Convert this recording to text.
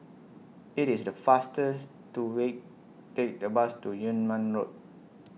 IT IS The faster to Way Take The Bus to Yunnan Road